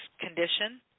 condition